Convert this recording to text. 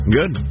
good